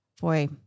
Boy